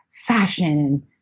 fashion